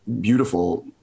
beautiful